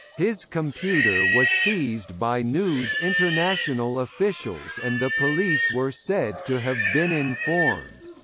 his computer was seized by news international officials and the police were said to have been informed.